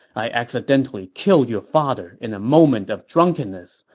i accidentally killed your father in a moment of drunkenness,